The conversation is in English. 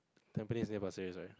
Tampines near Pasir-Ris right